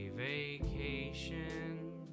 vacation